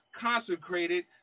consecrated